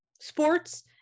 sports